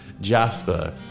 Jasper